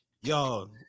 Yo